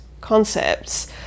concepts